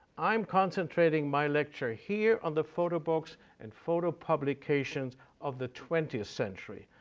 i'm concentrating my lecture here on the photo books and photo publications of the twentieth century,